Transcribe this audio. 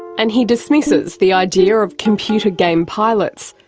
and he dismisses the idea of computer-game pilots,